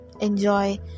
Enjoy